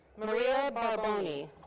maria barbone.